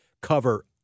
cover